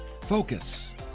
Focus